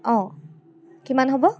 অ' কিমান হ'ব